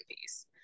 piece